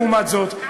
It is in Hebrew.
לעומת זאת,